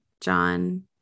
John